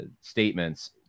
statements